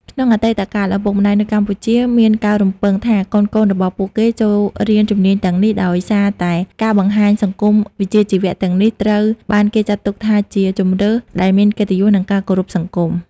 ក្នុងអតីតកាល ឪពុកម្ដាយនៅកម្ពុជាមានការរំពឹងថាកូនៗរបស់ពួកគេចូលរៀនជំនាញទាំងនេះដោយសារតែការបង្ហាញសង្គមវិជ្ជាជីវៈទាំងនេះត្រូវបានគេចាត់ទុកថាជាជម្រើសដែលមានកិត្តិយស និងការគោរពពីសង្គម។